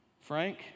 Frank